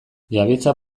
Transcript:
jabetza